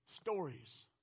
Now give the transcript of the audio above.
stories